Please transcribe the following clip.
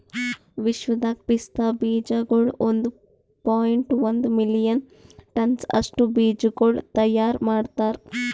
ವಿಶ್ವದಾಗ್ ಪಿಸ್ತಾ ಬೀಜಗೊಳ್ ಒಂದ್ ಪಾಯಿಂಟ್ ಒಂದ್ ಮಿಲಿಯನ್ ಟನ್ಸ್ ಅಷ್ಟು ಬೀಜಗೊಳ್ ತೈಯಾರ್ ಮಾಡ್ತಾರ್